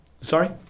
Sorry